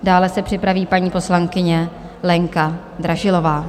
Dále se připraví paní poslankyně Lenka Dražilová.